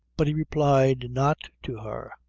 but he replied not to her. ah!